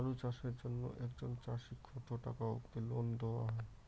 আলু চাষের জন্য একজন চাষীক কতো টাকা অব্দি লোন দেওয়া হয়?